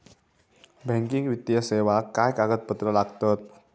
Banking वित्तीय सेवाक काय कागदपत्र लागतत?